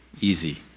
easy